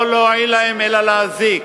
לא להועיל להם, אלא להזיק.